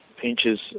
pinches